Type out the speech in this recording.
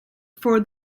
for